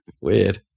Weird